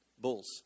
Bulls